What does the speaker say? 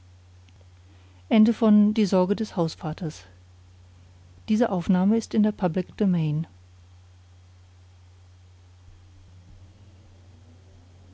seite in der